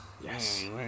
Yes